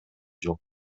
жок